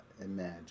imagine